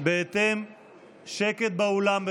שקט באולם,